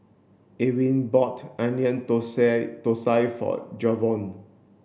Ewing bought onion Thosai for Jayvon